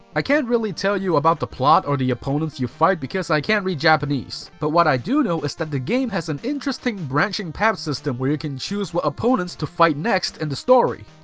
i can't really tell you about the plot or the opponents you fight because i can't read japanese, but what i do know is that the game has an interesting branching path system where you can choose what opponents to fight next in and the story.